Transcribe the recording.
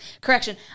Correction